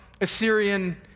Assyrian